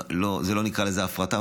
לא נקרא לזה הפרטה,